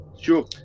Sure